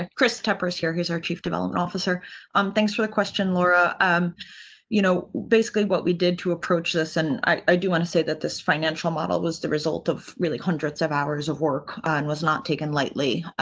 ah chris peppers here. who's our chief development officer um thanks for the question laura um you know basically what? we did to approach this and i do want to say that this financial model was the result of really hundreds of hours of work and was not taken lightly